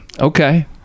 okay